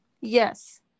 yes